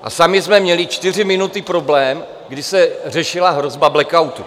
A sami jsme měli 4 minuty problém, kdy se řešila hrozba blackoutu.